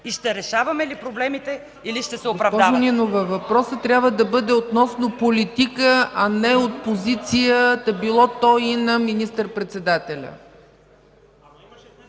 и ще решаваме ли проблемите, или ще се оправдавате?